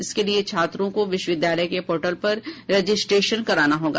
इसके लिए छात्रों को विश्वविद्यालय के पोर्टल पर राजिस्ट्रेशन कराना होगा